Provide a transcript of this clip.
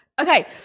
Okay